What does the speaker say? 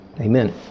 amen